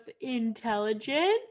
intelligent